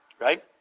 Right